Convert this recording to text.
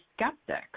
skeptics